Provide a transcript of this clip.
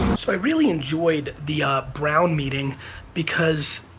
so i really enjoyed the brown meeting because,